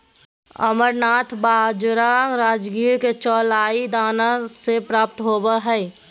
amaranth बाजरा राजगिरा के चौलाई दाना से प्राप्त होबा हइ